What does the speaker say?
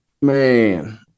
Man